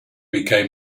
became